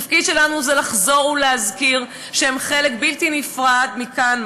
התפקיד שלנו זה לחזור ולהזכיר שהם חלק בלתי נפרד מכאן,